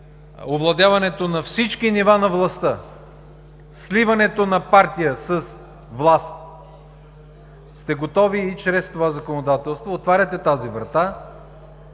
овладяването на всички нива на властта, сливането на партия с власт, сте готови и чрез това законодателство, отваряте тази врата,